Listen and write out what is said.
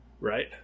Right